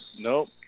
Nope